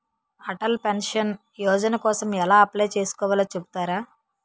Atal pension Yojana కోసం ఎలా apply చేసుకోవాలో చెపుతారా?